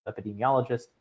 Epidemiologist